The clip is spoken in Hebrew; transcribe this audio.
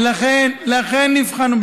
ולכן נבחרנו,